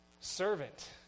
Servant